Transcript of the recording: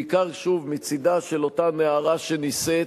בעיקר, שוב, מצדה של אותה נערה שנישאת,